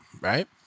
right